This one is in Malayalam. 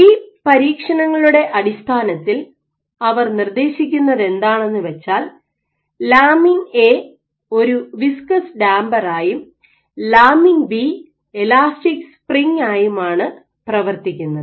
ഈ പരീക്ഷണങ്ങളുടെ അടിസ്ഥാനത്തിൽ അവർ നിർദ്ദേശിക്കുന്നതെന്താണെന്നുവെച്ചാൽ ലാമിൻ എ ഒരു വിസ്കസ് ഡാംപർ ആയും ലാമിൻ ബി ഇലാസ്റ്റിക് സ്പ്രിംഗായുമാണ് പ്രവർത്തിക്കുന്നത്